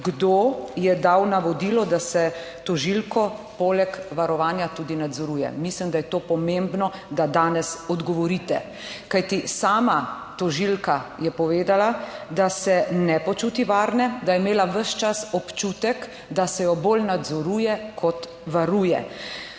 kdo je dal navodilo, da se tožilko poleg varovanja tudi nadzoruje. Mislim, da je to pomembno, da danes odgovorite. Kajti sama tožilka je povedala, da se ne počuti varne, da je imela ves čas občutek, da se jo bolj nadzoruje kot varuje.